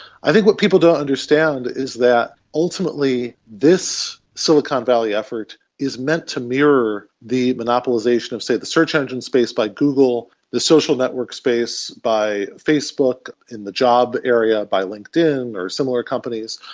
i think what people don't understand is that ultimately this silicon valley effort is meant to mirror the monopolisation of, say, the search engine space by google, the social network space by facebook, and the job area by linkedin or similar companies.